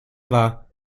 war